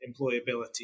employability